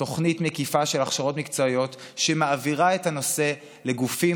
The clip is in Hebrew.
תוכנית מקיפה של הכשרות מקצועיות שמעבירה את הנושא לגופים